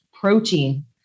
protein